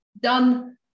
done